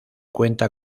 cuenta